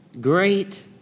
Great